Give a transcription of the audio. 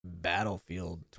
Battlefield